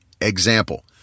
Example